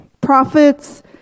prophets